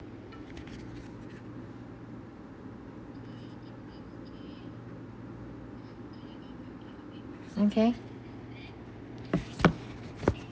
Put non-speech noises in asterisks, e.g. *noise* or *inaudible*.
okay *noise*